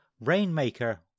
Rainmaker